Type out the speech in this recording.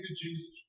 Jesus